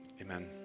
Amen